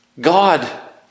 God